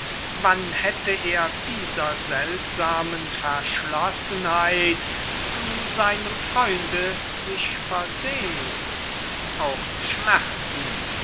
wann hätte er dieser seltsamen verschlossenheit zu seinem freunde sich versehn auch schmerzen